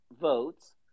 votes